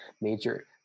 major